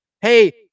Hey